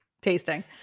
tasting